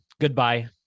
goodbye